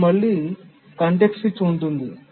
ఇక్కడ మళ్ళీ context switch ఉంది